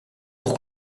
pour